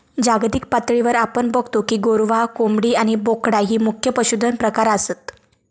जागतिक पातळीवर आपण बगतो की गोरवां, कोंबडी आणि बोकडा ही मुख्य पशुधन प्रकार आसत